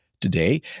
today